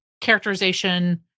characterization